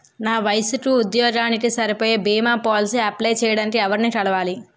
నా వయసుకి, ఉద్యోగానికి సరిపోయే భీమా పోలసీ అప్లయ్ చేయటానికి ఎవరిని కలవాలి?